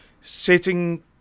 setting